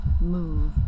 move